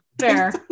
fair